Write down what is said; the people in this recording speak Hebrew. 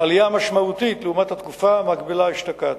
עלייה משמעותית לעומת התקופה המקבילה אשתקד,